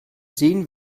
sehen